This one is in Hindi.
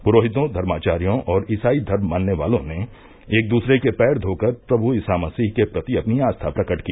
पुरोहितों धर्माचार्यों और इसाई धर्म मानने वालों ने एक दूसरे के पैर घो कर प्रभु ईसा मसीह के प्रति अपनी आस्था प्रगट की